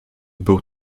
był